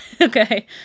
Okay